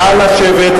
נא לשבת.